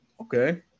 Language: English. okay